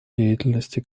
деятельности